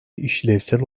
işlevsel